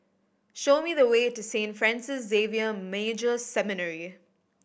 show me the way to Saint Francis Xavier Major Seminary